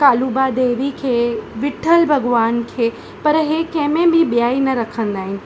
कालूबा देवी खे विटठ्ल भॻवान खे पर हे कंहिंमें बि ॿियाई न रखंदा आहिनि